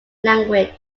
language